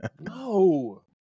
no